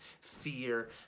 fear